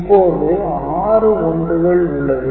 இப்போது ஆறு 1 கள் உள்ளது